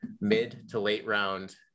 mid-to-late-round